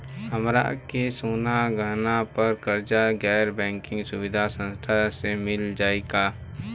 हमरा के सोना गहना पर कर्जा गैर बैंकिंग सुविधा संस्था से मिल जाई का?